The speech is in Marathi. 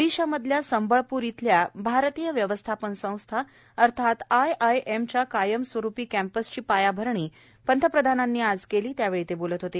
ओडिशामधल्या संबळप्र इथल्या भारतीय व्यवस्थापन संस्था आयआयएमच्या कायमस्वरुपी कॅम्पसची पायाभरणी पंतप्रधानांनी आज केली त्यावेळी ते बोलत होते